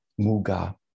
muga